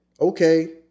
okay